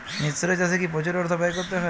মিশ্র চাষে কি প্রচুর অর্থ ব্যয় করতে হয়?